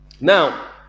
Now